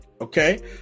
okay